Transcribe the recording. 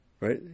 Right